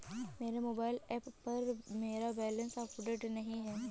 मेरे mobile app पर मेरा बैलेंस अपडेट नहीं है